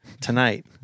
tonight